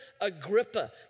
Agrippa